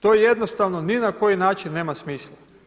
To jednostavno ni na koji način nema smisla.